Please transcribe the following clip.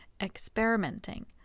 experimenting